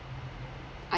I